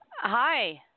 Hi